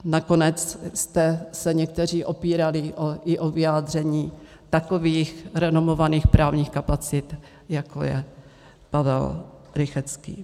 Nakonec jste se někteří opírali i o vyjádření takových renomovaných právních kapacit, jako je Pavel Rychetský.